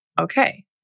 okay